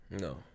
No